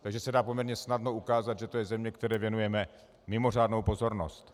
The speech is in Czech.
Takže se dá poměrně snadno ukázat, že to je země, které věnujeme mimořádnou pozornost.